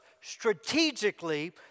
strategically